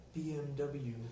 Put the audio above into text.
BMW